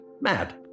mad